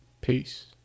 Peace